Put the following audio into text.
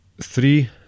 three